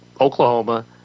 Oklahoma